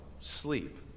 sleep